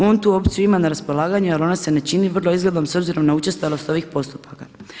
On tu opciju ima na raspolaganju ali ona se ne čini vrlo izglednom s obzirom na učestalost ovih postupaka.